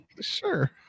Sure